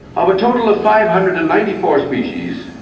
ah of a total of five hundred and ninety four species,